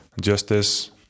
justice